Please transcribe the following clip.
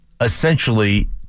essentially